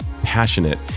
passionate